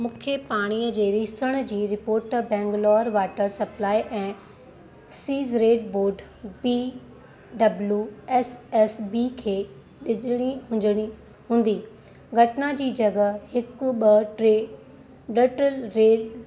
मूंखे पाणीअ जे रीसण जी रिपोर्ट बंगलूरू वाटर सप्लाए ऐं sewerage board B W S S B खे ॾिॼिणी हुजिणी हुंदी घटना जी जॻह हिकु ॿ टे डटल रेल